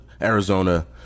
Arizona